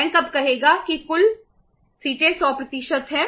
bank अब कहेगा कि कुल सीटें 100 हैं